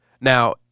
Now